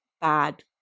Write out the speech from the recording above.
bad